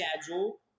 schedule